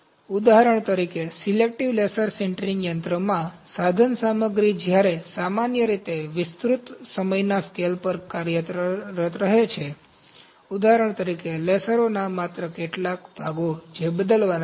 ઉદાહરણ તરીકે selective laser sintering યંત્રમાં સાધનસામગ્રી જ્યારે સામાન્ય રીતે વિસ્તૃત સમયના સ્કેલ પર કાર્યરત રહે છે ઉદાહરણ તરીકે લેસરોના માત્ર કેટલાક ભાગો જે બદલવાના છે